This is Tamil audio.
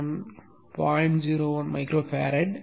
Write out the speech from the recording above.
01 micro farad